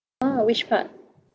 ah which part